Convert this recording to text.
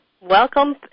Welcome